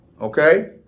okay